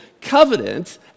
covenant